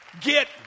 get